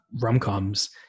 rom-coms